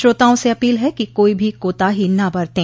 श्रोताओं से अपील है कि कोई भी कोताही न बरतें